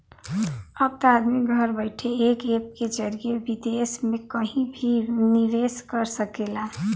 अब त आदमी घर बइठे एक ऐप के जरिए विदेस मे कहिं भी निवेस कर सकेला